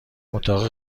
اتاق